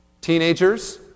Teenagers